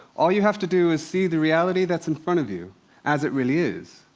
all you have to do is see the reality that's in front of you as it really is,